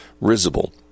risible